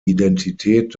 identität